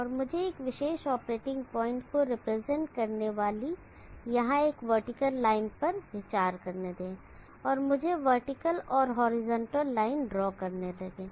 और मुझे एक विशेष ऑपरेटिंग प्वाइंट को रिप्रेजेंट करने वाली यहाँ एक वर्टिकल लाइन पर विचार करने दें और मुझे वर्टिकल और हॉरिजॉन्टल लाइन ड्रॉ करने दें